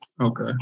Okay